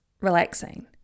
relaxing